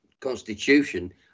constitution